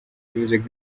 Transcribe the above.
music